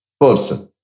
person